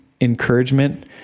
encouragement